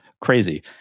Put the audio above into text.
crazy